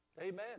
Amen